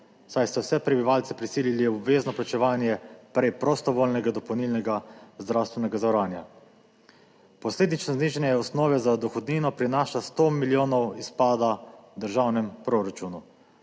saj ste vse prebivalce prisilili v obvezno plačevanje prej prostovoljnega dopolnilnega zdravstvenega zavarovanja. Posledično znižanje osnove za dohodnino prinaša 100 milijonov izpada v državnem proračunu